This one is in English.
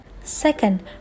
Second